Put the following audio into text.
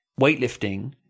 weightlifting